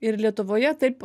ir lietuvoje taip